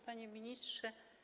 Panie Ministrze!